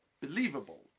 believable